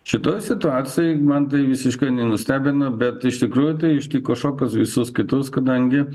šitoj situacijoj man tai visiškai nenustebina bet iš tikrųjų tai ištiko šokas visus kitus kadangi